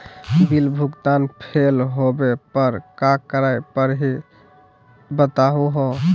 Bill भुगतान fail होवे पर का करै परही, बताहु हो?